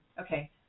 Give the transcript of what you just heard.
Okay